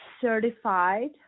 certified